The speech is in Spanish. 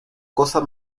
cosa